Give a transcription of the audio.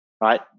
right